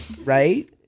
Right